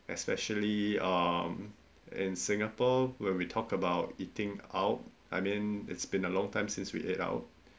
especially um in singapore when we talk about eating out I mean it's been a long time since we eat out